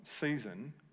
season